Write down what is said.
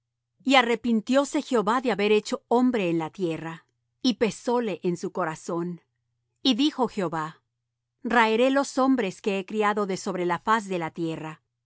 y arrepintióse jehová de haber hecho hombre en la tierra y pesóle en su corazón y dijo jehová raeré los hombres que he criado de sobre la faz de la tierra